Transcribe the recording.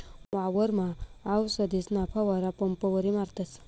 वावरमा आवसदीसना फवारा पंपवरी मारतस